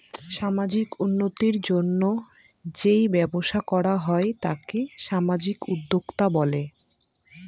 সামাজিক উন্নতির জন্য যেই ব্যবসা করা হয় তাকে সামাজিক উদ্যোক্তা বলে